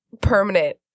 permanent